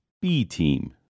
B-Team